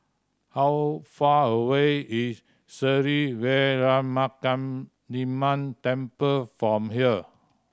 how far away is Sri Veeramakaliamman Temple from here